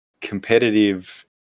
competitive